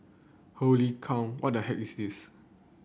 holy cow what the heck is this